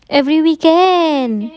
every weekend